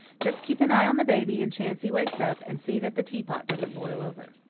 just keep an eye on the baby in chance he wakes up, and see that the teapot doesn't boil over.